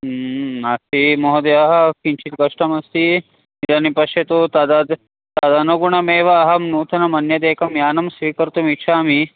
नास्ति महोदयः किञ्चित् कष्टमस्ति इदानीं पश्यतु तदद् तदनुगुणमेव अहं नूतनम् अन्यदेकं यानं स्वीकर्तुम् इच्छामि